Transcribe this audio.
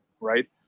right